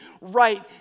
right